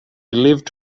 lived